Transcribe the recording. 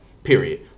period